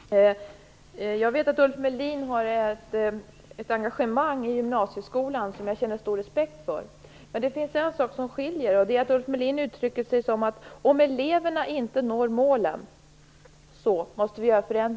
Herr talman! Jag vet att Ulf Melin har ett engagemang i gymnasieskolan, och jag känner stor respekt för det. Men det är en sak som skiljer oss. Ulf Melin uttrycker det så att vi måste göra förändringar om eleverna inte når målen.